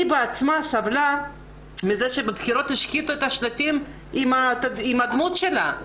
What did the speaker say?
היא בעצמה סבלה שבבחירות השחיתו שלטים עם הדמות שלה.